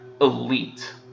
elite